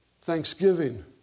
thanksgiving